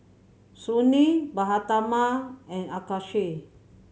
Sunil Mahatma and Akshay